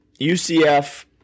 UCF